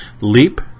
leap